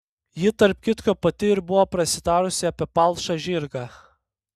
ji tarp kitko pati ir buvo prasitarusi apie palšą žirgą